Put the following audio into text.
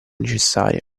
necessaria